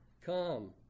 Come